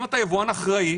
אם אתה יבואן אחראי,